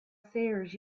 sayers